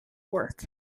work